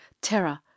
Terror